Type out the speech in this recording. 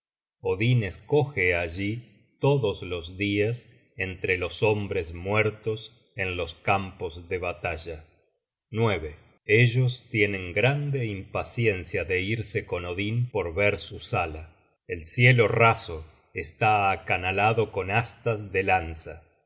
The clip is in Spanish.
odin escoge allí todos los dias entre los hombres muertos en los campos de batalla ellos tienen grande impaciencia de irse con odin por ver su sala el cielo raso está acanalado con astas de lanza